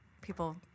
people